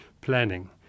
planning